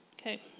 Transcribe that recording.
Okay